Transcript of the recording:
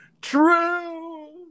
True